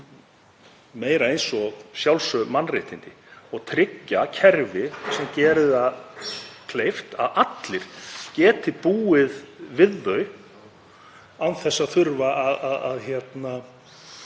meira eins og sjálfsögð mannréttindi og tryggja kerfi sem gerir það kleift að allir geti búið við það án þess að þurfa að vera